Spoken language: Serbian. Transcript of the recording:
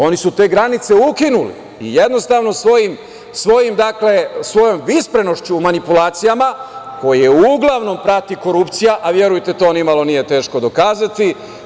Oni su te granice ukinuli i jednostavno svojom visprenošću manipulacijama koje uglavnom prati korupcija, a verujte to ni malo nije teško dokazati.